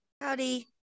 Howdy